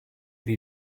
die